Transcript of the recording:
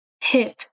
Hip